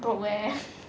broke eh